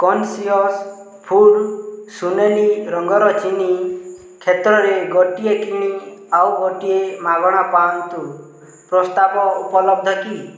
conscious food ସୁନେଲି ରଙ୍ଗର ଚିନି କ୍ଷେତ୍ରରେ ଗୋଟିଏ କିଣି ଆଉ ଗୋଟିଏ ମାଗଣା ପାଆନ୍ତୁ ପ୍ରସ୍ତାବ ଉପଲବ୍ଧ କି